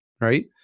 right